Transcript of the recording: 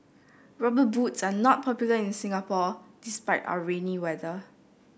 rubber boots are not popular in Singapore despite our rainy weather